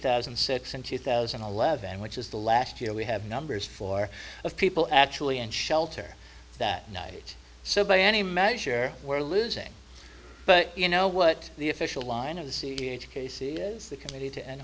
thousand and six and two thousand and eleven which is the last year we have numbers for of people actually in shelter that night so by any measure we're losing but you know what the official line of the c h k c is that committee to end